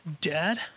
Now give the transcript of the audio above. Dad